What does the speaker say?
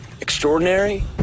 extraordinary